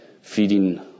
feeding